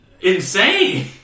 insane